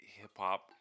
hip-hop